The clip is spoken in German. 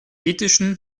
ethischen